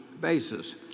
basis